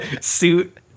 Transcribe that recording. suit